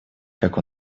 как